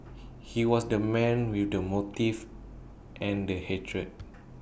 he was the man with the motive and the hatred